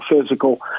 physical